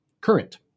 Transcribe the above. current